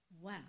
Wow